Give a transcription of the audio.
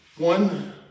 one